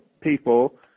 people